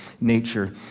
nature